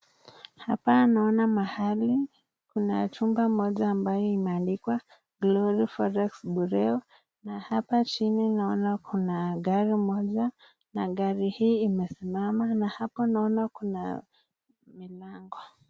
Hapa naona mahali kuna chumba moja ambayo imeandikwa Glory Forex Burea na hapa chini naona kuna gari moja na gari hii imesimama na hapa naona kuna mlango.